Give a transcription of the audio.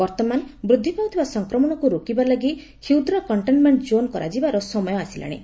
ବର୍ତ୍ତମାନ ବୃଦ୍ଧି ପାଉଥିବା ସଂକ୍ରମଣକୁ ରୋକିବା ଲାଗି କ୍ଷ୍ରଦ୍ କଣ୍ଟେନ୍ମେଣ୍ଟ୍ ଜୋନ୍ କରାଯିବାର ସମୟ ଆସିଲାଣି